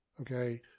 okay